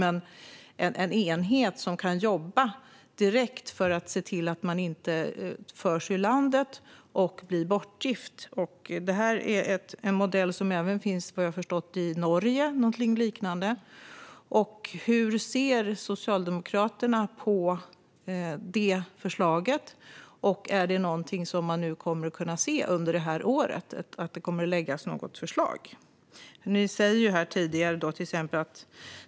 Det är en enhet som kan jobba direkt för att se till att man inte förs ut ur landet och blir bortgift. Vad jag har förstått finns någonting liknande denna modell även i Norge. Hur ser Socialdemokraterna på detta förslag? Är det någonting som man kommer att kunna se under detta år? Kommer det att läggas något förslag?